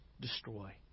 destroy